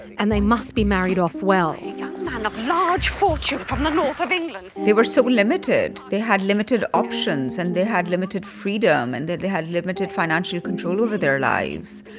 and they must be married off well a young man of large fortune from the north of england. they were so limited. they had limited options. and they had limited freedom. and they had limited financial control over their lives,